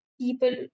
people